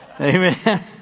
Amen